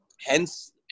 hence